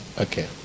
Okay